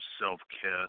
self-care